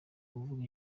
kuvuga